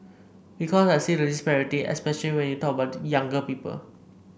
because I see the disparity especially when you talk about younger people